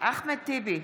אחמד טיבי,